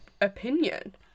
opinion